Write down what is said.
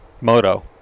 moto